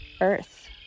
Earth